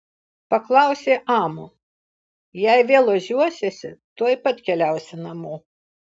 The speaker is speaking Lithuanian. paklausė amu jei vėl ožiuosiesi tuoj pat keliausi namo